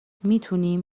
میتونیم